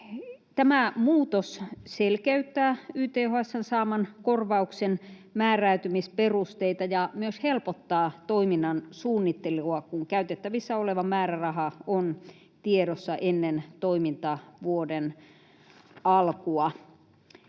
Tämä muutos selkeyttää YTHS:n saaman korvauksen määräytymisperusteita ja myös helpottaa toiminnan suunnittelua, kun käytettävissä oleva määräraha on tiedossa ennen toimintavuoden alkua.